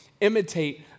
imitate